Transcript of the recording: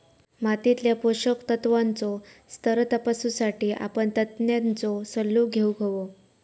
मातीतल्या पोषक तत्त्वांचो स्तर तपासुसाठी आपण तज्ञांचो सल्लो घेउक हवो